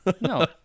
No